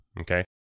Okay